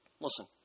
Listen